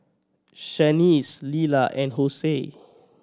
Shaniece Leala and